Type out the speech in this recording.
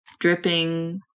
dripping